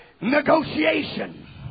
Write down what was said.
negotiation